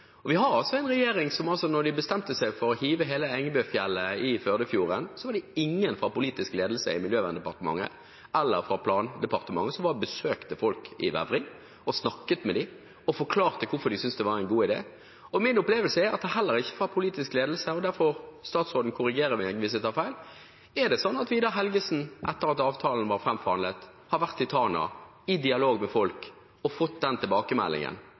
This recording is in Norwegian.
noe vi ikke kan være med på å si ja til. Man har betydelig større legitimitet om denne typen beslutninger hvis man er i dialog med folk. Da regjeringen bestemte seg for å hive hele Engebøfjellet i Førdefjorden, var det ingen fra politisk ledelse i Miljødepartementet eller fra plandepartementet som besøkte folk i Vevring, snakket med dem og forklarte hvorfor de syntes det var en god idé. Min opplevelse er at politisk ledelse ved Vidar Helgesen – statsråden får korrigere meg hvis jeg tar feil – etter at avtalen var framforhandlet, heller ikke har vært i Tana, i dialog med folk og fått